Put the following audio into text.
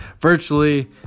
virtually